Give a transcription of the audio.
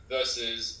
Versus